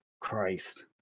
Christ